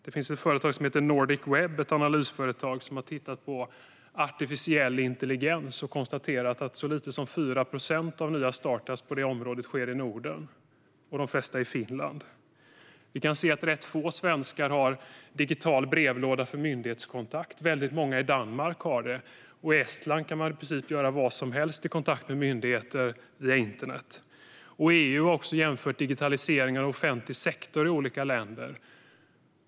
Det finns ett analysföretag som heter Nordic Web, som har tittat på artificiell intelligens. Man har konstaterat att så lite som 4 procent av nya startups på det området sker i Norden - och de flesta i Finland. Vi kan se att rätt få svenskar har en digital brevlåda för myndighetskontakt. Väldigt många i Danmark har det. Och i Estland kan man i princip göra vad som helst i kontakt med myndigheter via internet. EU har jämfört digitaliseringen i offentlig sektor i olika länder.